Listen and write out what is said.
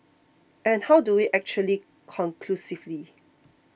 and how do we actually conclusively